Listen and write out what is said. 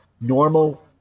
normal